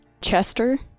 Chester